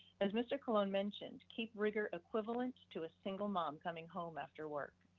as mr. colon mentioned, keep rigor equivalent to a single mom coming home after work,